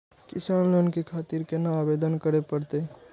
किसान लोन के खातिर केना आवेदन करें परतें?